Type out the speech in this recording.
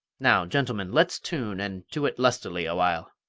now, gentlemen, let's tune, and to it lustily awhile.